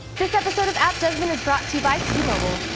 this episode of app judgment is brought to you by t-mobile.